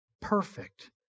perfect